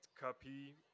copy